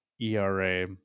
ERA